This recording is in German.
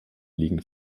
liegen